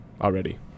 already